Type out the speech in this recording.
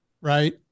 right